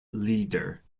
leader